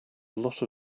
lot